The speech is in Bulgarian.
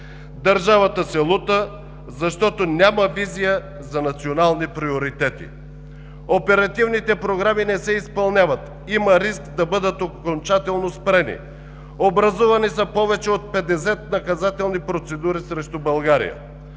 Държавата се лута, защото няма визия за национални приоритети. Оперативните програми не се изпълняват. Има риск да бъдат окончателно спрени. Образувани са повече от 50 наказателни процедури срещу България.